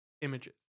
images